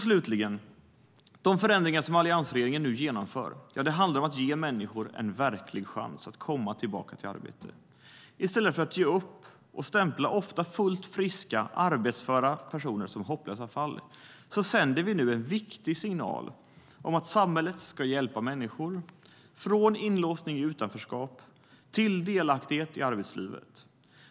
Slutligen: De förändringar som alliansregeringen nu genomför handlar om att ge människor en verklig chans att komma tillbaka till arbete. I stället för att ge upp och stämpla ofta fullt friska, arbetsföra personer som hopplösa fall sänder vi nu en viktig signal om att samhället ska hjälpa människor från inlåsning i utanförskap till delaktighet i arbetslivet.